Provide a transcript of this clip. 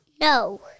No